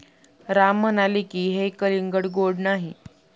राम म्हणाले की, हे कलिंगड गोड नाही